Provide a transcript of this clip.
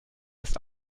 ist